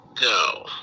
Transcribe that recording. go